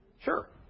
Sure